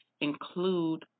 include